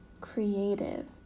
creative